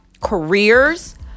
careers